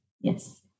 Yes